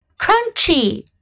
crunchy